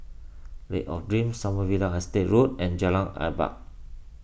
Lake of Dreams Sommerville Estate Road and Jalan Adat